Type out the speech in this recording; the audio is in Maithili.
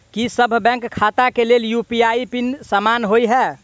की सभ बैंक खाता केँ लेल यु.पी.आई पिन समान होइ है?